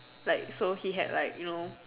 like so he had like you know